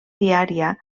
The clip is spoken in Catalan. diària